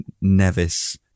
Nevis